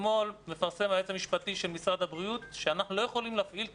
אתמול מפרסם היועץ המשפטי של משרד הבריאות שאנחנו לא יכולים להפעיל את